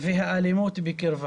והאלימות בקרבה.